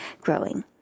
growing